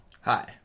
Hi